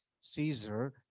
caesar